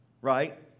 Right